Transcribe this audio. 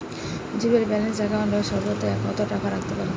Zero balance account এ সর্বাধিক কত টাকা রাখতে পারি?